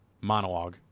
monologue